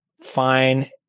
Fine